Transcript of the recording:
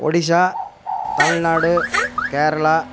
Odisha Tamil Nadu Kerala